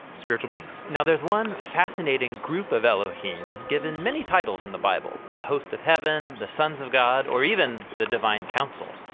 spiritual beings. there is one fascinating group of elohim given many titles in the bible the hosts of heaven, the sons of god or even the divine council.